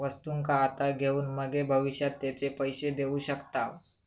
वस्तुंका आता घेऊन मगे भविष्यात तेचे पैशे देऊ शकताव